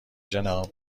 جناب